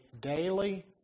daily